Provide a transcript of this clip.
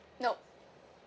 nope